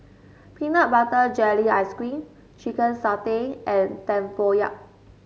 Peanut Butter Jelly Ice cream Chicken Satay and tempoyak